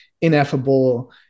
ineffable